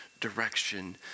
direction